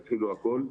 יפעילו הכול,